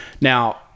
Now